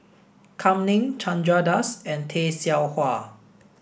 Kam Ning Chandra Das and Tay Seow Huah